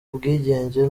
ubwigenge